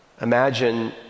Imagine